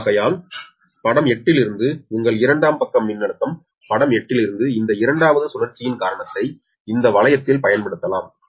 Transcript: ஆகையால் ஃபிகர் 8 இலிருந்து உங்கள் இரண்டாம் பக்க மின்னழுத்தம் ஃபிகர் 8 இலிருந்து இந்த இரண்டாவது சுழற்சியின் காரணத்தை இந்த வளையத்தில் பயன்படுத்தலாம்